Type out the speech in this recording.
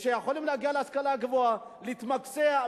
שיכולים להגיע להשכלה גבוהה להתמקצע,